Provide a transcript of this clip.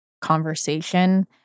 conversation